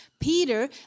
Peter